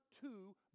two